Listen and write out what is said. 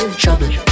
trouble